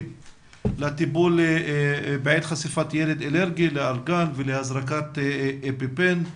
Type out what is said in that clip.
לטיפול בעת חשיפת ילד אלרגי לאלרגן ולהזרקת אפיפן.